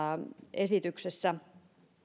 esityksessä